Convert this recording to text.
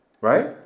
Right